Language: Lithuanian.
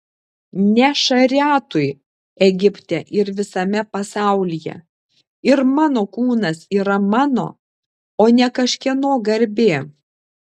ne šariatui egipte ir visame pasaulyje ir mano kūnas yra mano o ne kažkieno garbė